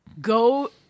go